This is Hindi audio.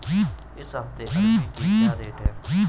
इस हफ्ते अरबी के क्या रेट हैं?